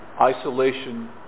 isolation